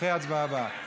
אחרי ההצבעה הבאה.